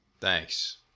Thanks